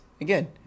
again